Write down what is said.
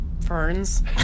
ferns